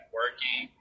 working